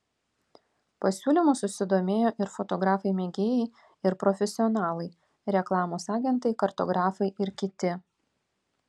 pasiūlymu susidomėjo ir fotografai mėgėjai ir profesionalai reklamos agentai kartografai ir kiti